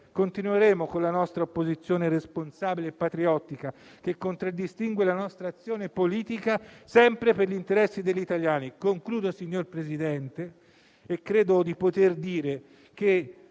comunque con la nostra opposizione responsabile e patriottica, che contraddistingue la nostra azione politica sempre per gli interessi degli italiani. In conclusione, signor Presidente, credo di poter dire che